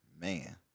Man